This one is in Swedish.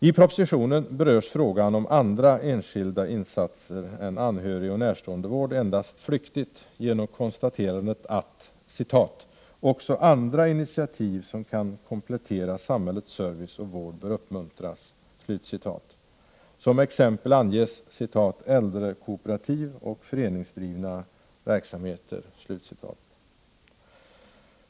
I propositionen berörs frågan om andra enskilda insatser än anhörigoch närståendevård endast flyktigt genom konstaterandet att ”också andra initiativ som kan komplettera samhällets service och vård bör uppmuntras”. Som exempel anges ”äldrekooperativ och föreningsdrivna verksamheter”.